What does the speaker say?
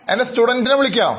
എൻറെ സ്റ്റുഡൻറ് വിളിക്കാം